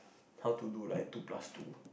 how to do like two plus two